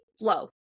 low